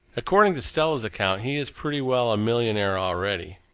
according to stella's account, he is pretty well a millionaire already.